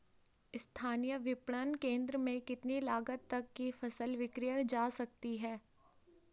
स्थानीय विपणन केंद्र में कितनी लागत तक कि फसल विक्रय जा सकती है?